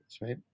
right